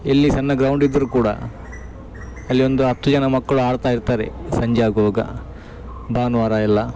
ಎಲ್ಲಿ ಸಣ್ಣ ಗ್ರೌಂಡ್ ಇದ್ದರೂ ಕೂಡ ಅಲ್ಲಿ ಒಂದು ಹತ್ತು ಜನ ಮಕ್ಕಳು ಆಡ್ತಾ ಇರ್ತಾರೆ ಸಂಜೆ ಆಗುವಾಗ ಭಾನುವಾರ ಎಲ್ಲ